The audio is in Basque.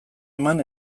eman